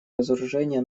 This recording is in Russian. разоружения